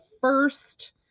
first